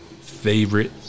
favorite